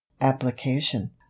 application